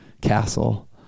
castle